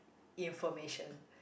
information